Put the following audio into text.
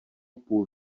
půl